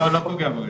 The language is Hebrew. לא,